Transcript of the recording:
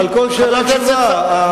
על כל שאלה תשובה.